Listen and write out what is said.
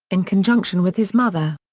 in conjunction with his mother.